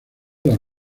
las